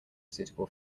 suitable